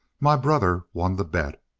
my brother won the bet!